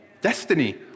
Destiny